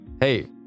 hey